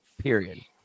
period